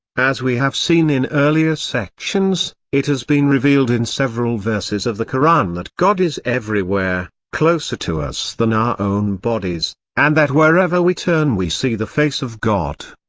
as we have seen in earlier sections, it has been revealed in several verses of the koran that god is everywhere, closer to us than our own bodies, and that wherever we turn we see the face of god.